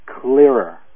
clearer